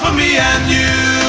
me and you!